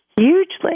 hugely